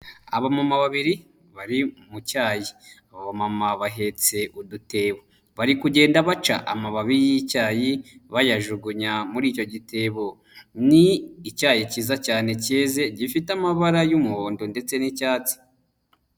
Abamama babiri bari mu cyayi. Abo bamama bahetse udutebo. Bari kugenda baca amababi y'icyayi bayajugunya muri icyo gitebo. Ni icyayi cyiza cyane cyeze, gifite amabara y'umuhondo ndetse n'icyatsi.